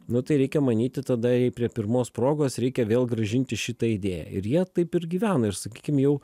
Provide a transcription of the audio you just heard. nu tai reikia manyti tada jai prie pirmos progos reikia vėl grąžinti šitą idėją ir jie taip ir gyvena ir sakykim jau